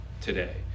today